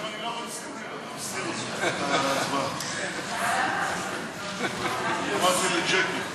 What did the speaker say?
ההסתייגות של חברי הכנסת אורלי לוי אבקסיס ואילן גילאון